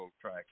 track